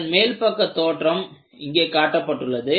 அதன் மேல் பக்க தோற்றம் இங்கே காட்டப்பட்டுள்ளது